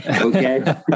Okay